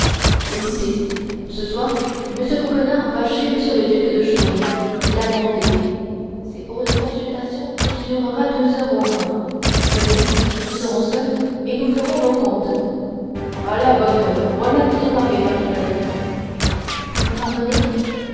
écoutez ce soir m coquenard va chez m le duc de chaulnes qui l'a mandé c'est pour une consultation qui durera deux heures au moins venez nous serons seuls et nous ferons nos comptes à la bonne heure voilà qui est parler ma chère vous me pardonnez